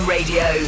Radio